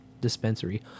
Dispensary